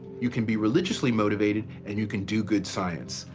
you can be religiously motivated and you can do good science,